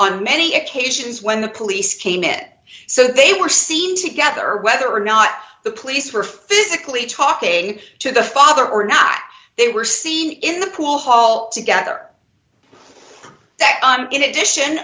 on many occasions when the police came in so they were seen together whether or not the police were physically talking to the father or not they were seen in the pool hall together that on in addition